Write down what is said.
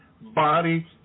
body